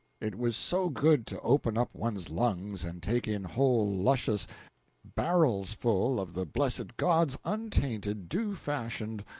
it was so good to open up one's lungs and take in whole luscious barrels-ful of the blessed god's untainted, dew-fashioned,